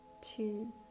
two